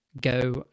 go